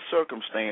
circumstance